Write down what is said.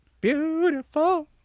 beautiful